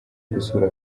gusura